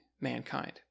mankind